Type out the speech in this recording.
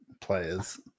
players